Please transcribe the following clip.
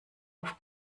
auf